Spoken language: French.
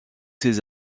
ses